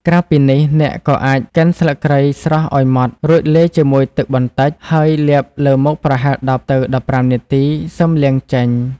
ក្រៅពីនេះ អ្នកក៏អាចកិនស្លឹកគ្រៃស្រស់ឲ្យម៉ដ្ឋ រួចលាយជាមួយទឹកបន្តិច ហើយលាបលើមុខប្រហែល ១០ ទៅ ១៥ នាទី សឹមលាងចេញ។